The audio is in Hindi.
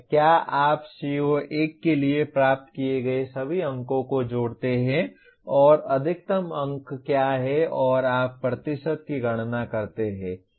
क्या आप CO1 के लिए प्राप्त किए गए सभी अंकों को जोड़ते हैं और अधिकतम अंक क्या है और आप प्रतिशत की गणना करते हैं